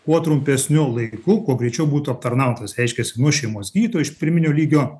kuo trumpesniu laiku kuo greičiau būtų aptarnautas reiškiasi nuo šeimos gydytojo iš pirminio lygio